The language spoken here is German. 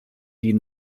die